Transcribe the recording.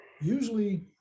usually